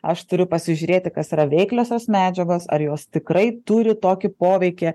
aš turiu pasižiūrėti kas yra veikliosios medžiagos ar jos tikrai turi tokį poveikį